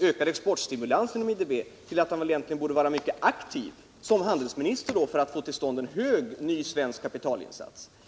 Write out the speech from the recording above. ökad exportstimulans genom IDB -— egentligen till att han borde vara mycket aktiv som handelsminister för att få till stånd en ny stor svensk kapitalinsats.